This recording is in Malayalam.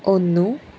ഒന്നു